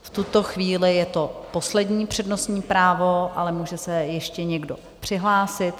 V tuto chvíli je to poslední přednostní právo, ale může se ještě někdo přihlásit.